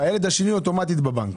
בילד השני אוטומטית בבנק,